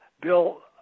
bill